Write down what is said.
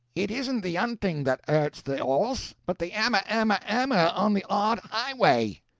it isn't the unting that urts the orse, but the ammer, ammer, ammer on the ard ighway,